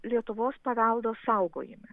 lietuvos paveldo saugojime